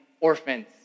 orphans